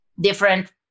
different